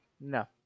No